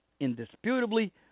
indisputably